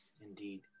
Indeed